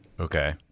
Okay